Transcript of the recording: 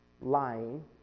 lying